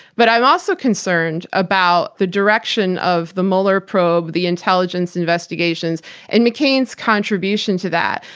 but i'm also concerned about the direction of the mueller probe, the intelligence investigations and mccain's contribution to that,